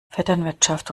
vetternwirtschaft